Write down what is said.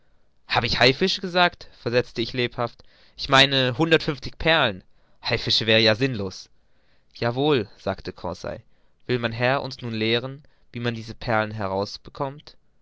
hab ich haifische gesagt versetzte ich lebhaft ich meine hundertundfünfzig perlen haifische wäre ja sinnlos ja wohl sagte conseil will mein herr uns nun lehren wie man diese perlen herausbekommt